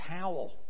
towel